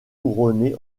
couronnés